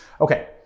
Okay